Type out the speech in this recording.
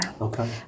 Okay